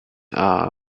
are